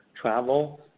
travel